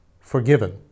forgiven